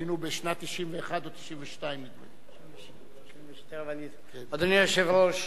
היינו בשנת 1991 או 1992. אדוני היושב-ראש,